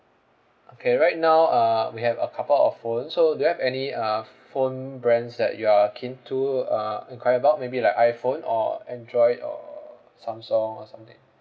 okay right now uh we have a couple of phones so do you have any uh ph~ phone brands that you are keen to uh enquire about maybe like iPhone or Android or Samsung or something